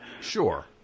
Sure